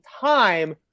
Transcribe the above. time